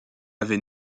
avait